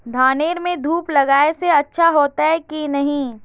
धानेर में धूप लगाए से अच्छा होते की नहीं?